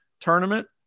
tournament